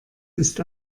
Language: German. ist